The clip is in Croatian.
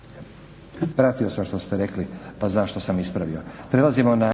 Pratio sam što sam rekli pa zašto sam ispravio.